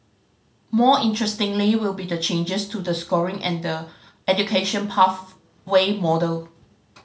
more interestingly will be the changes to the scoring and the education pathway model